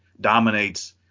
dominates